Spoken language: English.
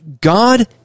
God